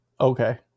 Okay